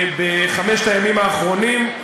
בחמשת הימים האחרונים.